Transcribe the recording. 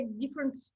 different